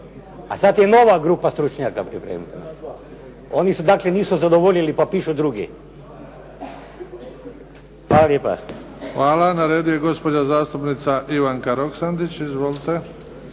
A sad je nova grupa stručnjaka pripremljena? Oni dakle nisu zadovoljili, pa pišu drugi. Hvala lijepa. **Bebić, Luka (HDZ)** Hvala. Na redu je gospođa zastupnica Ivanka Roksandić. Izvolite.